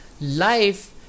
life